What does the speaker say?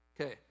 Okay